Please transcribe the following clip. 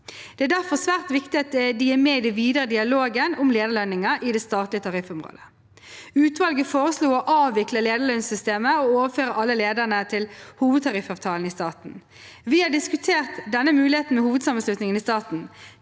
Det er difor særs viktig at dei er med i den vidare dialogen om leiarløningar i det statlege tariffområdet. Utvalet føreslo å avvikle leiarlønssystemet og overføre alle leiarar til hovudtariffavtalane i staten. Vi har diskutert denne moglegheita med hovudsamanslutningane i staten.